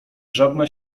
żadna